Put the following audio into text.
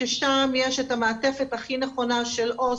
ששם יש את המעטפת הכי נכונה של עו"ס,